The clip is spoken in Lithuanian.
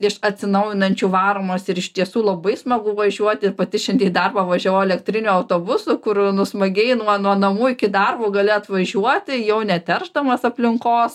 iš atsinaujinančių varomas ir iš tiesų labai smagu važiuoti ir pati šiandie į darbą važiavau elektriniu autobusu kur nu smagiai nuo nuo namų iki darbo gali atvažiuoti jau neteršdamas aplinkos